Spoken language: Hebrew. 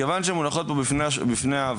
אבל מכיוון שמונחות פה בפני הוועדה